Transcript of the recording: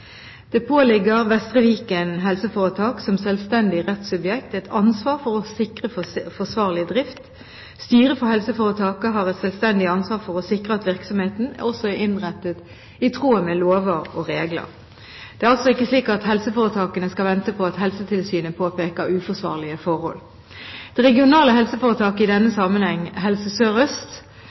Det påligger Vestre Viken helseforetak, som selvstendig rettssubjekt, et ansvar for å sikre forsvarlig drift. Styret for helseforetaket har et selvstendig ansvar for å sikre at virksomheten også er innrettet i tråd med lover og regler. Det er altså ikke slik at helseforetakene skal vente på at Helsetilsynet påpeker uforsvarlige forhold. Det regionale helseforetaket, i denne sammenheng Helse